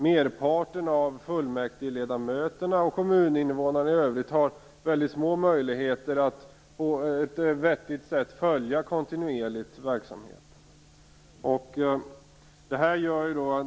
Merparten av fullmäktigeledamöterna och kommuninvånarna i övrigt har däremot mycket små möjligheter att på ett vettigt sätt kontinuerligt följa verksamheterna.